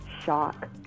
shock